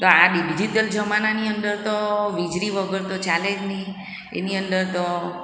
તો આ ડિઝિટલ જમાનાની અંદર તો વીજળી વગર તો ચાલે જ નહીં એની અંદર તો